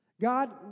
God